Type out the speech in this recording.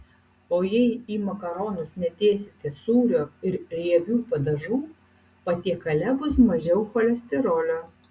o jei į makaronus nedėsite sūrio ir riebių padažų patiekale bus mažiau cholesterolio